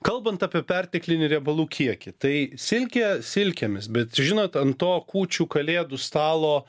kalbant apie perteklinį riebalų kiekį tai silkė silkėmis bet žinot ant to kūčių kalėdų stalo